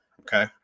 okay